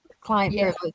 client